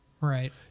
Right